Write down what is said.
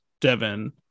Devin